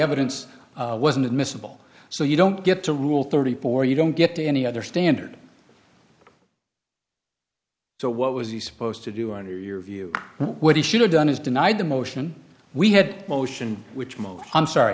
evidence wasn't admissible so you don't get to rule thirty four dollars you don't get to any other standard so what was he supposed to do under your view what he should have done is denied the motion we had motion which most i'm sorry